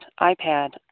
iPad